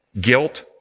guilt